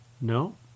no